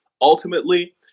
Ultimately